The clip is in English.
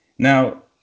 Now